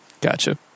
Gotcha